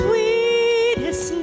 Sweetest